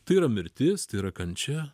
tai yra mirtis tai yra kančia